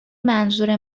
منظور